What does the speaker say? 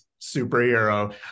superhero